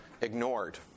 ignored